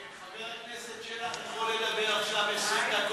חבר הכנסת שלח יכול לדבר עכשיו 20 דקות,